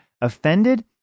offended